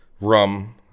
Rum